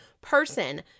person